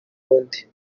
burundi